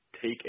take